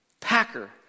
Packer